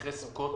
אחרי סוכות,